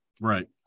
right